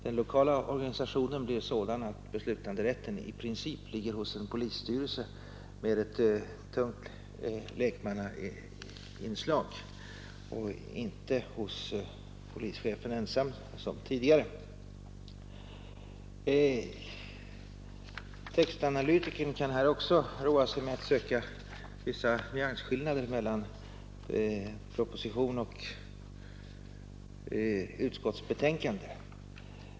Den lokala organisationen blir sådan att beslutanderätten i princip ligger hos en polisstyrelse med ett tungt lekmannainslag och inte hos polischefen ensam som tidigare. Textanalytikern kan här också roa sig med att söka vissa nyansskillnader mellan proposition och utskottsbetänkande.